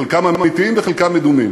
חלקם אמיתיים וחלקם מדומים,